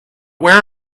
where